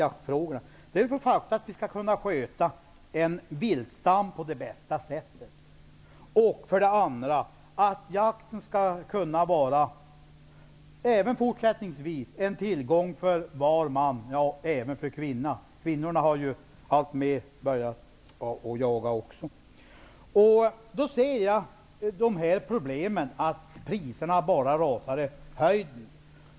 Det är för det första att vi skall kunna sköta en viltstam på bästa sätt och för det andra att jakten även fortsättningsvis skall kunna vara tillgänglig för var man -- och även kvinna; också kvinnorna har ju alltmer börjat att jaga. Då ser jag som ett problem att priserna bara rusar i höjden.